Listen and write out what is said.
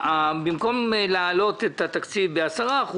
במקום להגדיל את התקציב ב-10%